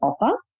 offer